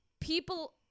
people